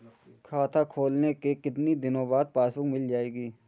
खाता खोलने के कितनी दिनो बाद पासबुक मिल जाएगी?